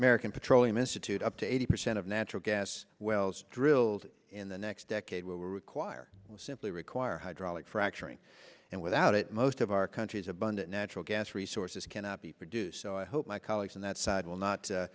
american petroleum institute up to eighty percent of natural gas wells drilled in the next decade will require simply require hydraulic fracturing and without it most of our country's abundant natural gas resources cannot be produced so i hope my colleagues on that side will not